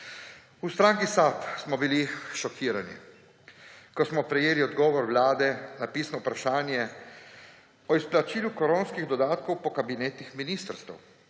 V Stranki SAB smo bili šokirani, ko smo prejeli odgovor Vlade na pisno vprašanje o izplačilu koronskih dodatkov po kabinetih ministrstev.